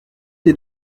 des